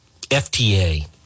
FTA